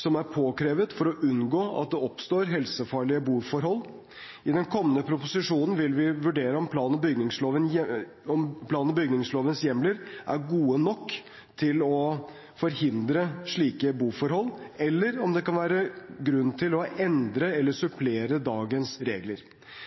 som er påkrevet for å unngå at det oppstår helsefarlige boforhold. I den kommende proposisjonen vil vi vurdere om plan- og bygningslovens hjemler er gode nok til å forhindre slike boforhold, eller om det kan være grunn til å endre eller